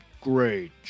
great